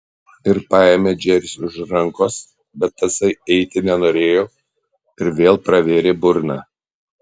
ir paėmė džersį už rankos bet tasai eiti nenorėjo ir vėl pravėrė burną